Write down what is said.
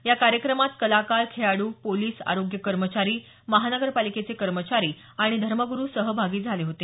या कार्यक्रमात कलाकार खेळाडू पोलीस आरोग्य कर्मचारी महापालिकेचे कर्मचारी आणि धर्मग्रु सहभागी झाले होते